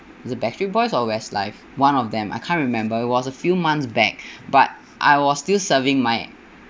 is it Backstreet Boys or Westlife one of them I can't remember it was a few months back but I was still serving my